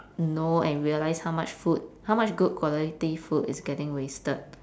know and realise how much food how much good quality food is getting wasted